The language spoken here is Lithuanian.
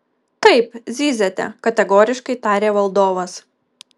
taip zyziate kategoriškai tarė valdovas